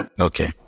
Okay